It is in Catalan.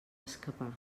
escapar